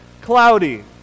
cloudy